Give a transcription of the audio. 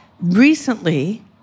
Recently